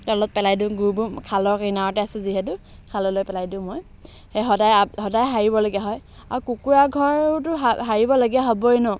তলত পেলাই দিওঁ গুবোৰ খালৰ কিনাৰতে আছে যিহেতু খাললৈ পেলাই দিওঁ মই এই সদায় সদায় সাৰিবলগীয়া হয় আৰু কুকুৰা ঘৰটো সাৰিবলগীয়া হ'বই ন